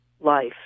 life